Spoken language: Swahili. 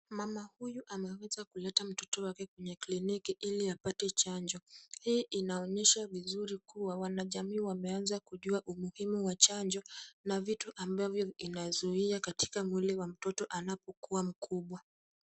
Mama huyu ameweza kuleta mtoto wake kwenye kliniki ili apate chanjo. Hii inaonyesha vizuri kuwa wanajamii wameanza kujua umuhimu wa chanjo na vitu ambavyo vinazuia katika mwili wa mtoto anapokuwa mkubwa.